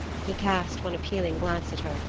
he cast one appealing glance at her,